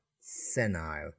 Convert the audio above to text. senile